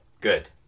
Good